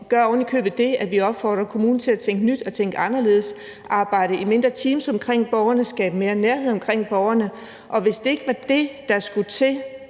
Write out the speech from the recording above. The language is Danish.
gør ovenikøbet det, at vi opfordrer kommunerne til at tænke nyt og tænke anderledes, arbejde i mindre teams omkring borgerne, skabe mere nærhed omkring borgerne, og hvis det ikke var det, der skulle til,